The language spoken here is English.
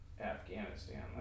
Afghanistan